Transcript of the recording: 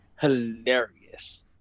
hilarious